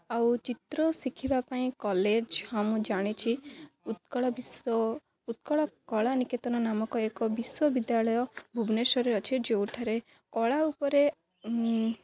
ଆଉ ଚିତ୍ର ଶିଖିବା ପାଇଁ କଲେଜ୍ ହଁ ମୁଁ ଜାଣିଛି ଉତ୍କଳ ବିଶ୍ଵ ଉତ୍କଳ କଳା ନିକେତନ ନାମକ ଏକ ବିଶ୍ୱବିଦ୍ୟାଳୟ ଭୁବନେଶ୍ୱରରେ ଅଛି ଯେଉଁଠାରେ କଳା ଉପରେ